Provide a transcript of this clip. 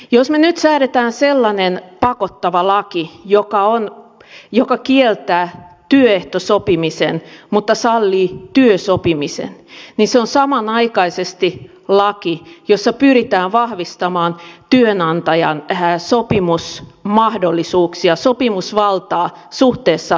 jos me nyt säädämme sellaisen pakottavan lain joka kieltää työehtosopimisen mutta sallii työsopimisen niin se on samanaikaisesti laki jossa pyritään vahvistamaan työnantajan sopimusmahdollisuuksia sopimusvaltaa suhteessa työntekijään